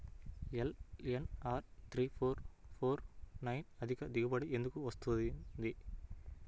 LNR three four four four nine అధిక దిగుబడి ఎందుకు వస్తుంది?